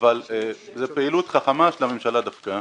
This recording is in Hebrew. אבל זו פעילות חכמה של הממשלה דווקא,